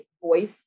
voice